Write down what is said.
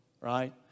right